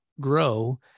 grow